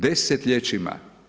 Desetljećima.